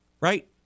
Right